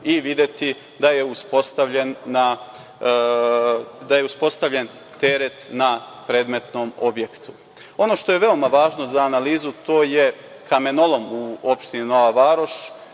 i videti da je uspostavljen teret na predmetnom objektu. Ono što je veoma važno za analizu, to je kamenolom u opštini Nova Varoš